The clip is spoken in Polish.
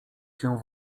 się